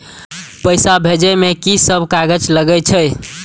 पैसा भेजे में की सब कागज लगे छै?